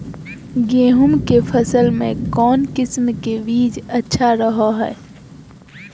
गेहूँ के फसल में कौन किसम के बीज अच्छा रहो हय?